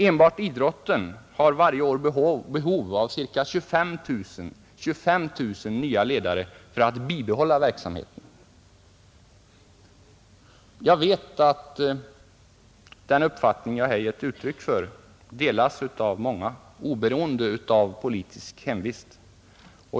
Enbart idrotten har varje år behov av ca 25 000 nya ledare för att bibehålla verksamheten. Jag vet att den uppfattning jag här gett uttryck för delas av många — oberoende av politisk hemvist.